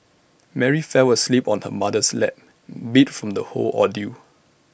Mary fell asleep on her mother's lap beat from the whole ordeal